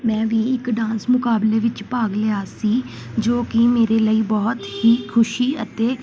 ਮੈਂ ਵੀ ਇੱਕ ਡਾਂਸ ਮੁਕਾਬਲੇ ਵਿੱਚ ਭਾਗ ਲਿਆ ਸੀ ਜੋ ਕਿ ਮੇਰੇ ਲਈ ਬਹੁਤ ਹੀ ਖੁਸ਼ੀ ਅਤੇ